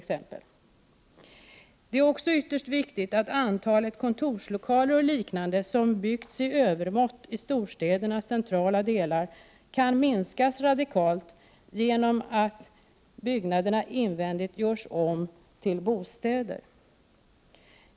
Det är också ytterst viktigt att antalet kontorslokaler och liknande som byggts i övermått i storstädernas centrala delar kan minskas radikalt genom att de invändigt görs om till bostäder.